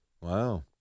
Wow